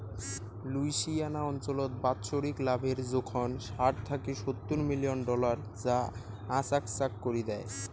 Louisiana অঞ্চলত বাৎসরিক লাভের জোখন ষাট থাকি সত্তুর মিলিয়ন ডলার যা আচাকচাক করি দ্যায়